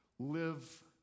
Live